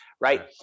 right